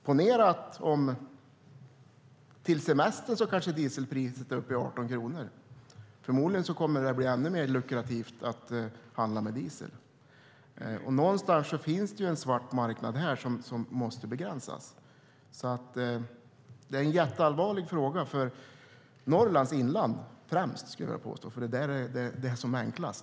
Ponera att dieselpriset är uppe i 18 kronor till semestern - förmodligen kommer det att bli ännu mer lukrativt att handla med diesel. Någonstans finns här en svart marknad som måste begränsas. Det är en jätteallvarlig fråga för främst Norrlands inland, skulle jag vilja påstå. Det är nämligen där det är som enklast.